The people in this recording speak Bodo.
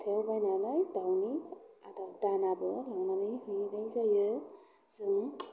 हाथायाव बायनानै दाउनि आदार दानाबो लांनानै हैनाय जायो जों